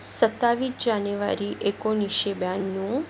सत्तावीस जानेवारी एकोणिसशे ब्याण्णव